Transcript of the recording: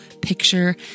picture